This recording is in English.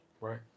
Right